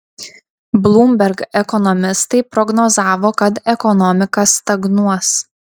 bloomberg ekonomistai prognozavo kad ekonomika stagnuos